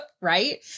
right